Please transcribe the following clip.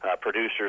producers